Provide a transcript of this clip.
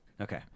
Okay